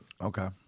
Okay